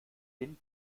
den